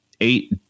eight